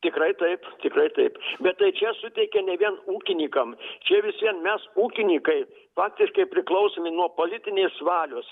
tikrai taip tikrai taip bet tai čia suteikia ne vien ūkininkam čia vis vien mes ūkininkai faktiškai priklausomi nuo politinės valios